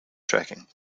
tracking